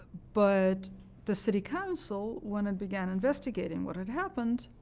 but the city council, when it began investigating what had happened,